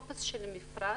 טופס של המפרט,